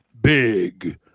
Big